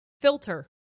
filter